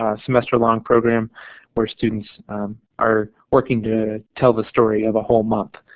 ah semester long program where students are working to tell the story of a whole month,